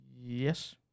Yes